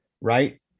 right